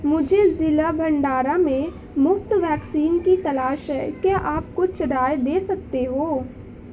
مجھے ضلع بھنڈارا میں مفت ویکسین کی تلاش ہے کیا آپ کچھ رائے دے سکتے ہو